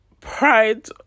pride